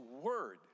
word